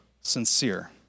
sincere